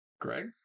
Greg